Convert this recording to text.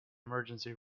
emergency